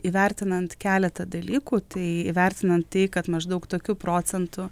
įvertinant keletą dalykų tai įvertinant tai kad maždaug tokiu procentu